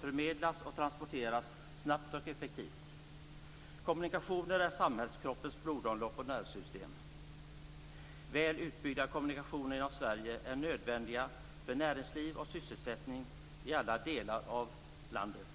förmedlas och transporteras snabbt och effektivt. Kommunikationer är samhällskroppens blodomlopp och nervsystem. Väl utbyggda kommunikationer inom Sverige är nödvändiga för näringsliv och sysselsättning i alla delar av landet.